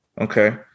okay